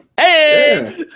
Hey